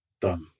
done